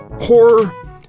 horror